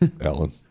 Alan